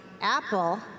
Apple